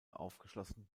aufgeschlossen